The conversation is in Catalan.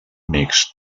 mixt